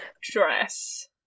dress